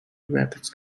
rapids